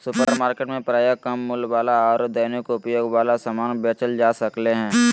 supermarket में प्रायः कम मूल्य वाला आरो दैनिक उपयोग वाला समान बेचल जा सक्ले हें